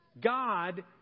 God